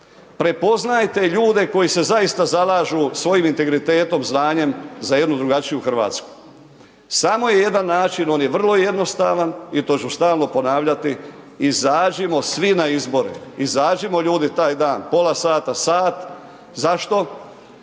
prepoznajte ljude koji se zaista zalažu svojim integritetom, znanjem, za jednu drugačiju RH. Samo je jedan način, on je vrlo jednostavan i to ću stalno ponavljati, izađimo svi na izbore, izađimo ljudi taj dan, pola sata, sat, zašto?